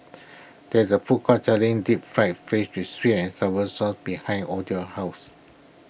there is a food court selling Deep Fried Fish with Sweet and Sour Sauce behind Odalys' house